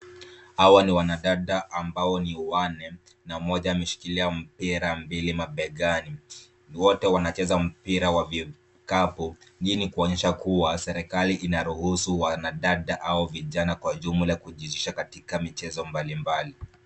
Hawa ni wanadada ambao ni wanne na mmoja ameshikilia mpira mbili mabegani. Wote wanacheza mpira wa vikapu. Hii ni kuonyesha kuwa serikali inaruhusu wanadada au vijana kwa jumla kujihusisha katika michezo mbalimbali.